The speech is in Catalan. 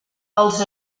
els